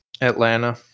Atlanta